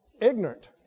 ignorant